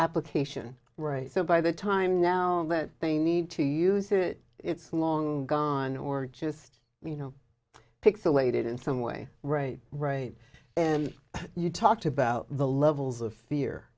application right so by the time now that they need to use it it's long gone or just you know pixilated in some way right right and you talked about the levels of fear